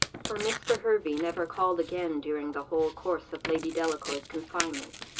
for mr. hervey never called again, during the whole course of lady delacour's confinement,